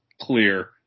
clear